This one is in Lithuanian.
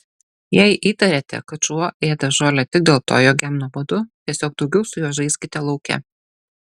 jei įtariate kad šuo ėda žolę tik dėl to jog jam nuobodu tiesiog daugiau su juo žaiskite lauke